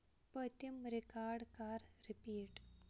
پٔتِم رِکاڈ کَر ریپیٖٹ